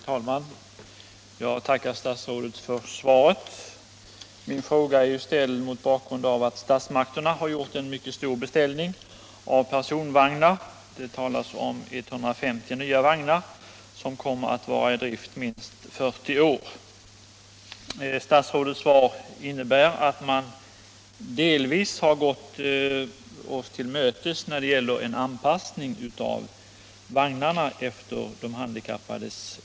Herr talman! Jag tackar statsrådet Turesson för svaret på min fråga, som är ställd mot bakgrund av att statsmakterna har gjort en mycket stor beställning på personvagnar. Det talas om 150 nya vagnar, som kom mer att vara i drift minst 40 år. Statsrådets svar innebär att man delvis har gått handikapprörelsen till mötes när det gäller en anpassning av vagnarna efter handikappades krav.